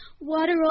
water